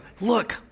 look